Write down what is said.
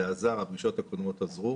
זה עזר, הפגישות הקודמות עזרו